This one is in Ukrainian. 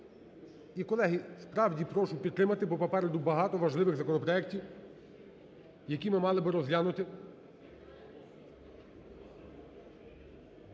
І, колеги, справді прошу підтримати, бо попереду багато важливих законопроектів, які ми мали би розглянути.